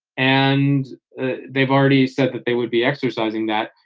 and they've already said that they would be exercising that.